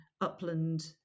upland